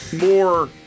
more